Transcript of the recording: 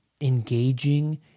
Engaging